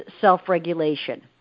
self-regulation